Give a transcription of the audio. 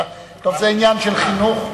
זה עניין של חינוך ומוסר.